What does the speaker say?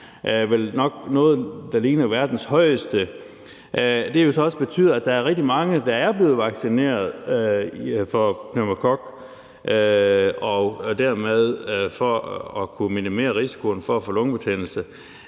– vel nok noget, der ligner verdens højeste – så også betyder, at der er rigtig mange, der er blevet vaccineret mod pneumokokker og dermed har kunnet minimere risikoen for at få lungebetændelse.